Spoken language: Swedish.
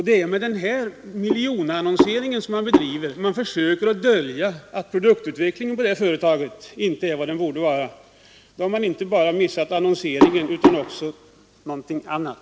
Nej, med den här miljonannonseringen har man försökt dölja att företagets produktutveckling inte är vad den borde vara. Man har inte bara missat annonseringen utan också något annat.